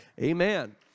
Amen